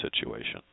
situation